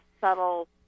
subtle